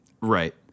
Right